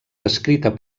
descrita